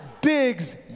digs